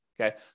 Okay